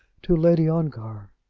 to lady ongar?